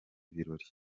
birori